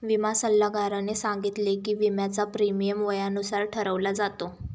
विमा सल्लागाराने सांगितले की, विम्याचा प्रीमियम वयानुसार ठरवला जातो